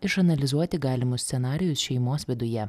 išanalizuoti galimus scenarijus šeimos viduje